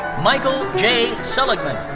michael j. seligman.